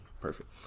Perfect